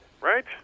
right